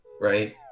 Right